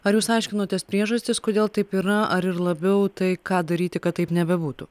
ar jūs aiškinotės priežastis kodėl taip yra ar ir labiau tai ką daryti kad taip nebebūtų